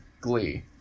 Glee